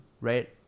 right